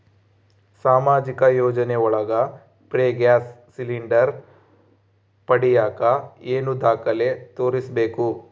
ಸಾಮಾಜಿಕ ಯೋಜನೆ ಒಳಗ ಫ್ರೇ ಗ್ಯಾಸ್ ಸಿಲಿಂಡರ್ ಪಡಿಯಾಕ ಏನು ದಾಖಲೆ ತೋರಿಸ್ಬೇಕು?